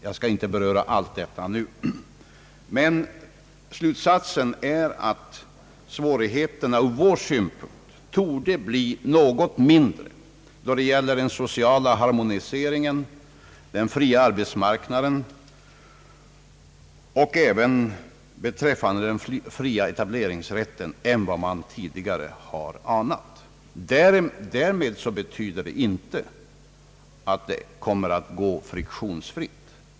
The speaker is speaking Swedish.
Jag skall inte beröra allt detta. Min slutsats är att svårigheterna från svensk synpunkt torde bli något mindre då det gäller den sociala harmonieringen, den fria arbetsmarknaden och även beträffande den fria etableringsrätten än vad man tidigare har anat. Därmed är det inte sagt att det kommer att gå friktionsfritt.